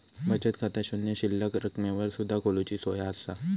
बचत खाता शून्य शिल्लक रकमेवर सुद्धा खोलूची सोया असा